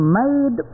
made